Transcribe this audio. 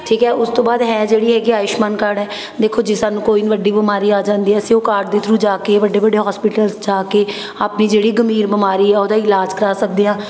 ਠੀਕ ਹੈ ਉਸ ਤੋਂ ਬਾਅਦ ਹੈ ਜਿਹੜੀ ਹੈਗੀ ਆਯੂਸ਼ਮਾਨ ਕਾਰਡ ਹੈ ਦੇਖੋ ਜੇ ਸਾਨੂੰ ਕੋਈ ਵੱਡੀ ਬਿਮਾਰੀ ਆ ਜਾਂਦੀ ਹੈ ਅਸੀਂ ਉਹ ਕਾਰਡ ਦੇ ਥਰੂ ਜਾ ਕੇ ਵੱਡੇ ਵੱਡੇ ਹੌਸਪੀਟਲਸ ਜਾ ਕੇ ਆਪਣੀ ਜਿਹੜੀ ਗੰਭੀਰ ਬਿਮਾਰੀ ਹੈ ਉਹਦਾ ਇਲਾਜ ਕਰਵਾ ਸਕਦੇ ਹਾਂ